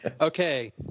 Okay